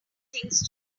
things